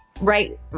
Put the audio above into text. right